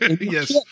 Yes